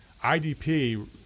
IDP